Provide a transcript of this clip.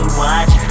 watch